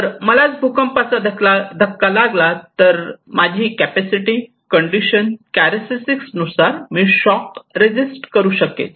जर मलाच भूकंपाचा धक्का लागला तर माझे कॅपॅसिटी कंडिशन चारक्टरिस्टीस नुसार मी शॉक रेसिस्ट करू शकेल